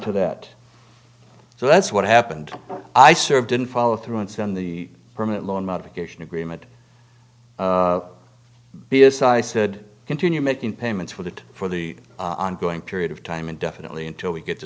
to that so that's what happened i served didn't follow through and send the permanent loan modification agreement because i said continue making payments with it for the ongoing period of time indefinitely until we get t